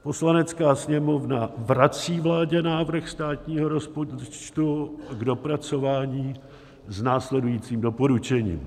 Poslanecká sněmovna vrací vládě návrh státního rozpočtu k dopracování s následujícím doporučením: